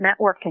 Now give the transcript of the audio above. networking